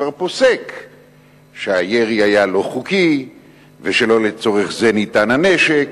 כבר פוסק שהירי היה לא חוקי ושלא לצורך זה ניתן הנשק.